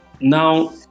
now